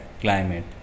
climate